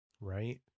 right